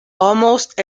almost